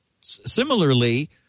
Similarly